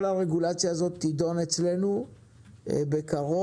כל הרגולציה הזאת תידון אצלנו בקרוב,